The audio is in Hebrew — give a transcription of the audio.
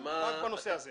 רק בנושא הזה.